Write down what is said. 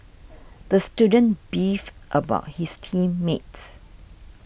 the student beefed about his team mates